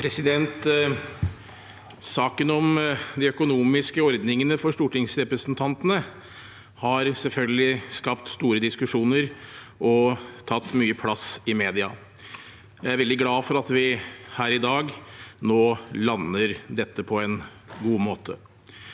Sa- ken om de økonomiske ordningene for stortingsrepresentantene har selvfølgelig skapt store diskusjoner og tatt mye plass i media. Jeg er veldig glad for at vi her i dag nå lander dette på en god måte.